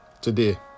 today